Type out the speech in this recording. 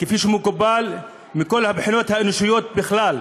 כפי שמקובל מכל הבחינות האנושיות בכלל,